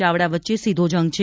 ચાવડા વચ્ચે સીધો જંગ છે